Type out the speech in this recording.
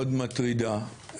מאוד מטרידה,